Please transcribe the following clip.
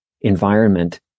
environment